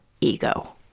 ego